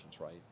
Right